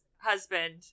husband